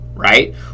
right